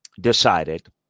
decided